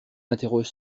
interroge